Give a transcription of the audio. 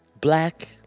black